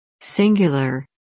Singular